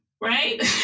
right